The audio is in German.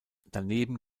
daneben